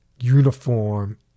uniform